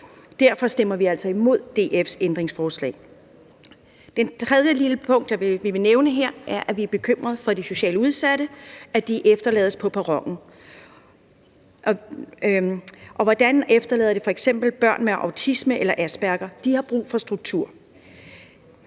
Derfor stemmer vi altså imod DF's ændringsforslag. Det tredje punkt, jeg vil nævne her, er, at vi er bekymrede for de socialt udsatte – at de efterlades på perronen. Og hvordan efterlader det f.eks. børn med autisme eller asperger? De har brug for struktur.